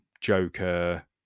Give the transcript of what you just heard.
Joker